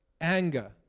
Anger